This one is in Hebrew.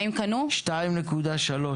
2.3,